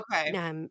okay